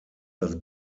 das